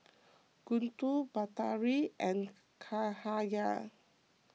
Guntur Batari and Cahaya